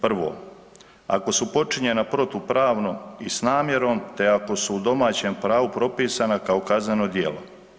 Prvo, ako su počinjena protupravno i s namjerom te ako su u domaćem pravu propisana kao kazneno djelo.